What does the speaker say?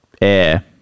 air